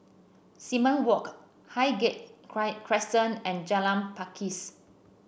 Simon Walk Highgate Crescent and Jalan Pakis